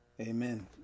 Amen